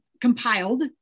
compiled